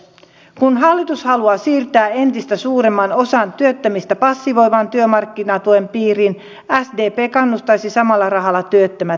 kun hallitus haluaa siirtää entistä suuremman osan työttömistä passivoivan työmarkkinatuen piiriin sdp kannustaisi samalla rahalla työttömät töihin